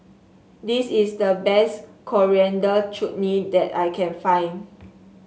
this is the best Coriander Chutney that I can find